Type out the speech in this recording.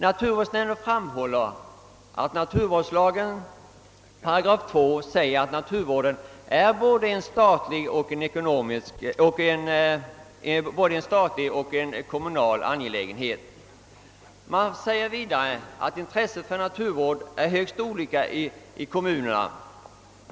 Naturvårdsnämnden framhåller också att naturvårdslagen 2 8 säger att naturvården både är en statlig och en kommunal angelägenhet. Nämnden anför vidare att intresset för naturvårdsfrågor är högst olika i kommunerna.